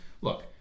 look